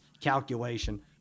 calculation